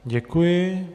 Děkuji.